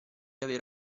aver